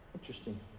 Interesting